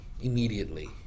immediately